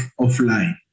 offline